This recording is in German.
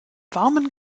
warmen